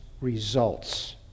results